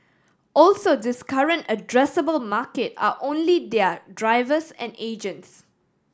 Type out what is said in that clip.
also this current addressable market are only their drivers and agents